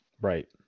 right